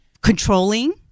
controlling